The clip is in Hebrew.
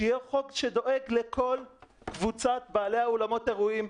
שיהיה חוק שדואג לכל קבוצת בעלי אולמות האירועים.